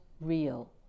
real